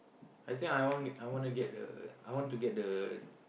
I think I want get I wanna get the I want to get the